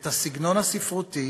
את הסגנון הספרותי,